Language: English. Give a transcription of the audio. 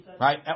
Right